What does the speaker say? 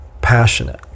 passionate